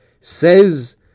says